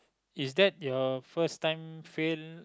is that your first time failed